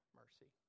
mercy